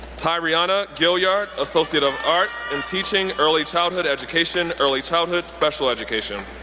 ty'raiona gilyard, associate of arts in teaching, early childhood education early childhood special education.